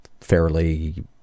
fairly